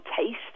taste